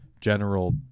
general